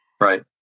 Right